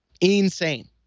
insane